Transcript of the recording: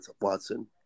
Watson